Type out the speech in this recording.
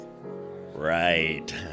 Right